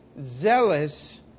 zealous